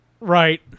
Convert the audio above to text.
Right